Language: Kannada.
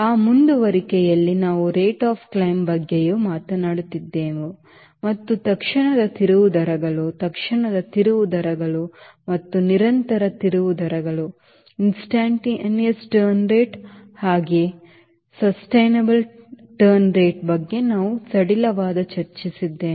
ಆ ಮುಂದುವರಿಕೆಯಲ್ಲಿ ನಾವು rate of climbಬಗ್ಗೆಯೂ ಮಾತನಾಡುತ್ತಿದ್ದೆವು ಮತ್ತು ತತ್ಕ್ಷಣದ ತಿರುವು ದರಗಳು ತತ್ಕ್ಷಣದ ತಿರುವು ದರಗಳು ಮತ್ತು ನಿರಂತರ ತಿರುವು ದರಗಳ ಬಗ್ಗೆ ನಾವು ಸಡಿಲವಾಗಿ ಚರ್ಚಿಸಿದ್ದೇವೆ